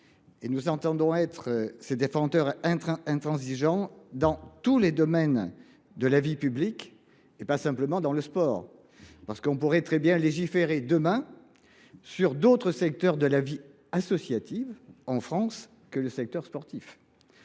nous entendons défendre cette position dans tous les domaines de la vie publique et non simplement dans le sport. Car on pourrait très bien légiférer demain sur d’autres secteurs de la vie associative que le secteur sportif.